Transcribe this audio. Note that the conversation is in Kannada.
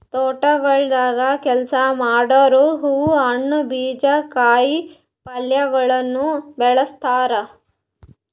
ತೋಟಗೊಳ್ದಾಗ್ ಕೆಲಸ ಮಾಡೋರು ಹೂವು, ಹಣ್ಣು, ಬೀಜ, ಕಾಯಿ ಪಲ್ಯಗೊಳನು ಬೆಳಸ್ತಾರ್